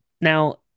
Now